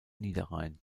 niederrhein